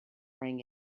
ring